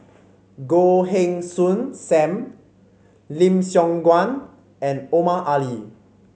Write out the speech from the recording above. Goh Heng Soon Sam Lim Siong Guan and Omar Ali